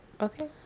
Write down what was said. okay